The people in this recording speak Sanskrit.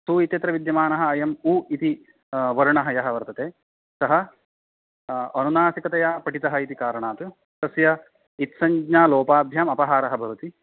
सु इत्यत्र विद्यमानः अयम् उ इति वर्णः यः वर्तते सः अनुनासिकतया पठितः इति कारणात् तस्य इत्संज्ञालोपाभ्याम् अपहारः भवति